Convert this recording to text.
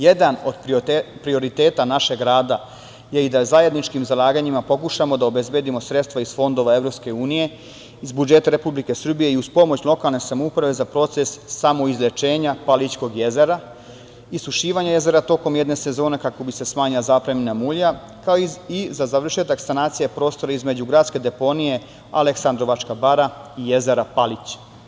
Jedna od prioriteta našeg rada je i da zajedničkim zalaganjima pokušamo da obezbedimo sredstva iz fondova EU, iz budžeta Republike Srbije i uz pomoć lokalne samouprave za proces samoizlečenja Palićkog jezera, isušivanje jezera tokom jedne sezone kako bi se smanjila zapremina mulja, kao i za završetak sanacija prostora između gradske deponije Aleksandrovačka bara i jezera Palić.